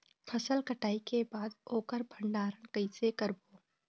फसल कटाई के बाद ओकर भंडारण कइसे करबो?